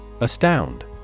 Astound